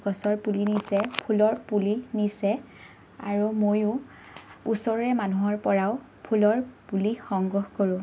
গছৰ পুলি নিছে ফুলৰ পুলি নিছে আৰু ময়ো ওচৰৰে মানুহৰ পৰাও ফুলৰ পুলি সংগ্ৰহ কৰোঁ